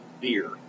beer